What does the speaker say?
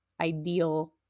ideal